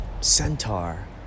centaur